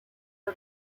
for